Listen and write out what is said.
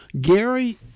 Gary